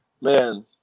Man